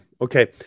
Okay